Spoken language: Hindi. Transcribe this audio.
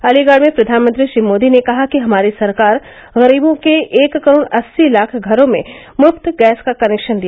अलीगढ़ में प्रधानमंत्री श्री मोदी ने कहा कि हमारी सरकार गरीबों के एक करोड़ अस्सी लाख घरो में मुफ्त गैस का कनेक्शन दिया